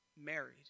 married